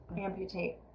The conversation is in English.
amputate